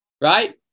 right